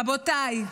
רבותיי,